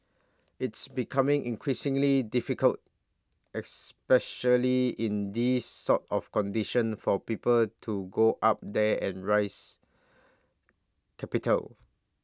it's becoming increasingly difficult especially in these sort of conditions for people to go up there and rise capital